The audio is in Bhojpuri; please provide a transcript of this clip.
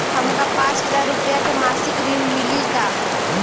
हमका पांच हज़ार रूपया के मासिक ऋण मिली का?